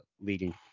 leading